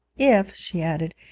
if, she added,